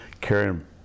Karen